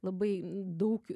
labai daug